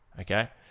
Okay